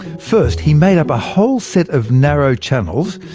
first, he made up a whole set of narrow channels,